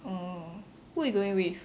mm who you going with